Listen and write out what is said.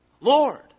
Lord